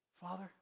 Father